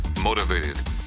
motivated